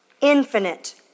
infinite